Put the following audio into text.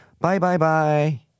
Bye-bye-bye